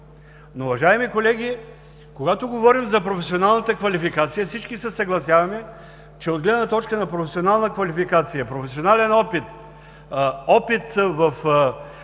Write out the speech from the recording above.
но, уважаеми колеги, когато говорим за професионалната квалификация, всички се съгласяваме, че от гледна точка на професионална квалификация, професионален опит, опит в